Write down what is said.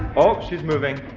oh! she's moving!